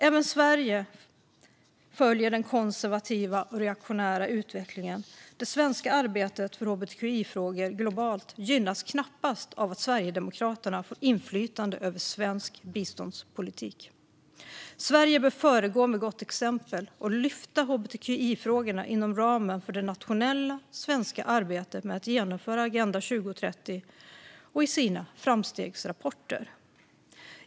Även Sverige följer den konservativa och reaktionära utvecklingen. Det svenska arbetet för hbtqi-frågor globalt gynnas knappast av att Sverigedemokraterna får inflytande över svensk biståndspolitik. Sverige bör föregå med gott exempel och lyfta upp hbtqi-frågorna inom ramen för det nationella svenska arbetet med att genomföra Agenda 2030 och i sina framstegsrapporter.